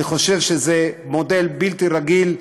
אני חושב שזה מודל בלתי רגיל,